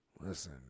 listen